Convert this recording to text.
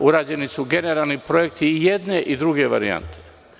Uređeni su generalni projekti i jedne i druge varijante.